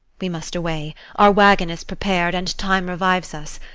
we must away our waggon is prepar'd, and time revives us.